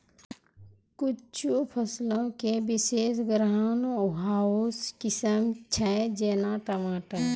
कुछु फसलो के विशेष ग्रीन हाउस किस्म छै, जेना टमाटर